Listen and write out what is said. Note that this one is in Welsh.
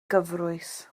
gyfrwys